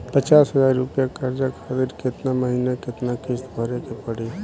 पचास हज़ार रुपया कर्जा खातिर केतना महीना केतना किश्ती भरे के पड़ी?